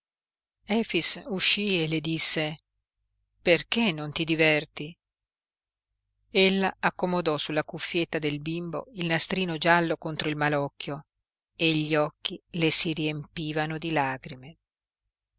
e le disse perché non ti diverti ella accomodò sulla cuffietta del bimbo il nastrino giallo contro il malocchio e gli occhi le si riempivano di lagrime